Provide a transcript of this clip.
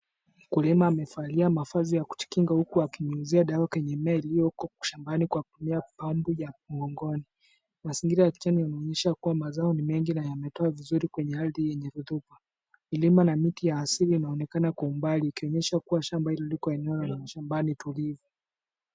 Mkulima amevalia mavazi ya kujikinga huku akinyunyuzia dawa kwenye mimea iliyoko shambani kwa kutumia pump ya mgongoni, mazingira ya kijani yanaonyesha kuwa mazao ni mengi na yametoa vizuri kwenye ardhi yenye rotuba. Milima na miti ya asili inaonekana kwa umbali ikionyesha kuwa shamba hili liko eneo la mashambani tulivu.